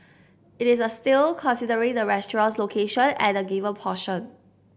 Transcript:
it is a steal considerate the restaurant's location and the given portion